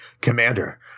Commander